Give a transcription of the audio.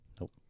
Nope